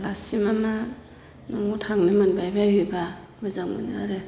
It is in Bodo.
आलासि न'आव थांनो मोनबाय बायोब्ला मोजां मोनो आरो